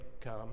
come